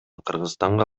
кыргызстанга